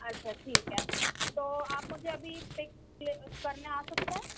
اچھا ٹھیک ہے تو آپ مجھے ابھی پک کے کرنے آ سکتے ہیں